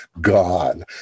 God